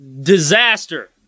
disaster